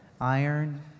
Iron